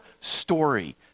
story